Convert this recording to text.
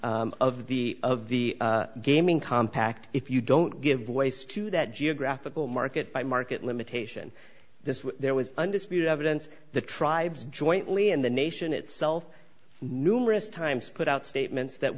of the of the gaming compact if you don't give ways to that geographical market by market limitation this there was undisputed evidence the tribes jointly and the nation itself numerous times put out statements that